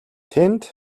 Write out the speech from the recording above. тэнд